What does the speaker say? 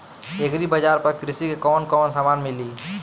Agri बाजार पर कृषि के कवन कवन समान मिली?